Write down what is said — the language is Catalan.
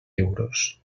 euros